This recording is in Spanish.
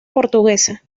portuguesa